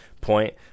point